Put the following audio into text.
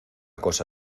cosa